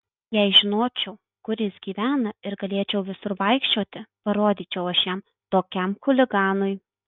jei žinočiau kur jis gyvena ir galėčiau visur vaikščioti parodyčiau aš jam tokiam chuliganui